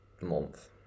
month